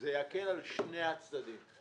זה יקל על שני הצדדים.